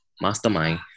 mastermind